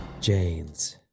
Jane's